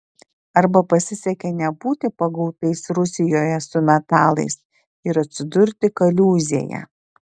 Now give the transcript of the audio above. arba pasisekė nebūti pagautais rusijoje su metalais ir atsidurti kaliūzėje